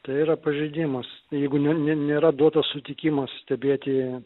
tai yra pažeidimas jeigu ne ne nėra duotas sutikimas stebėti